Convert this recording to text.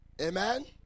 Amen